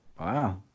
Wow